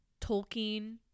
Tolkien